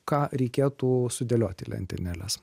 ką reikėtų sudėliot į lentynėles